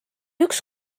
üks